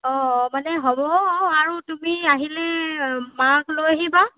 অঁ মানে হ'ব আৰু তুমি আহিলে মাক লৈ আহিবা